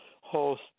host